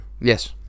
Yes